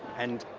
and